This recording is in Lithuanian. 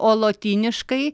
o lotyniškai